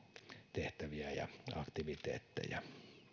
tehtäviä ja aktiviteetteja